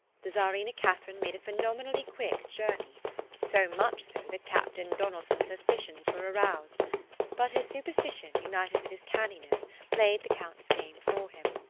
the czarina catherine made a phenomenally quick journey so much so that captain donelson's suspicions were aroused but his superstition united with his canniness played the count's game for him,